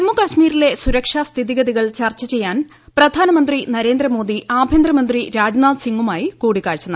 ജമ്മു കാശ്മീരിലെ സുരക്ഷാ സ്ഥിതിഗതികൾ ചർച്ചു ചെയ്യാൻ പ്രധാനമന്ത്രി നരേന്ദ്രമോദി ആഭ്യന്തരമന്ത്രി രാജ്നാഥ് സിംഗൂമായി കൂടിക്കാഴ്ച നടത്തി